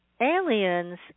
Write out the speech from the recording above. aliens